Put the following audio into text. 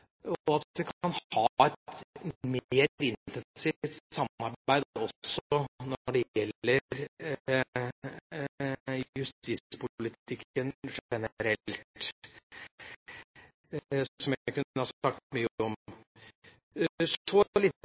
at vi kan ha et mer intensivt samarbeid også når det gjelder justispolitikken generelt, som jeg kunne sagt mye om. Så litt